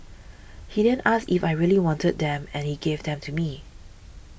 he then asked if I really wanted them and he gave them to me